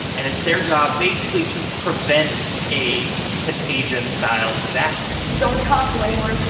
and it's their job basically to prevent a contagion style disaster don't talk to anyone.